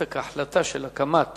ההחלטה של הקמת